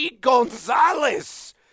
Gonzalez